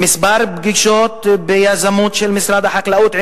כמה פגישות ביזמות של משרד החקלאות עם